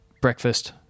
Breakfast